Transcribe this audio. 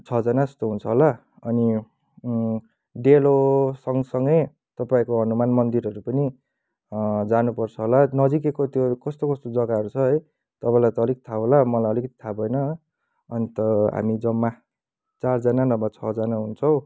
छजना जस्तो हुन्छ होला अनि डेलो सँगसँगै तपाईँको हनुमान मन्दिरहरू पनि जानुपर्छ होला नजिकैको त्यो कस्तो कस्तो जग्गाहरू छ है तपाईँलाई त अलिक थाहा होला मलाई अलिकति थाहा भएन अन्त हामी जम्मा चारजना नभए छजना हुन्छौँ